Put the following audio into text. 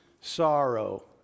sorrow